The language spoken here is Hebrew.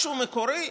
משהו מקורי?